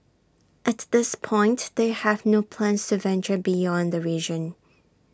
at this point they have no plans to venture beyond the region